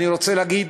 אני רוצה להגיד